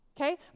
Okay